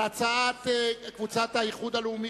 על הצעת קבוצת האיחוד הלאומי,